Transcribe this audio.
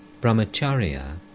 Brahmacharya